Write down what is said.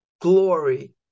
glory